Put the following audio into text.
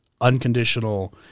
unconditional –